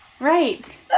Right